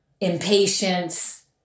impatience